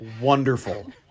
wonderful